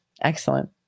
Excellent